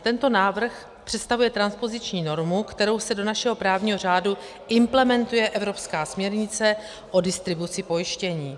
Tento návrh představuje transpoziční normu, kterou se do našeho právního řádu implementuje evropská směrnice o distribuci pojištění.